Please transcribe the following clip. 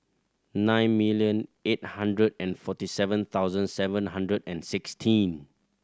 nine million eight hundred and forty seven thousand seven hundred and sixteen